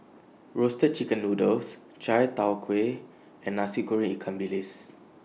Roasted Chicken Noodles Chai Tow Kway and Nasi Goreng Ikan Bilis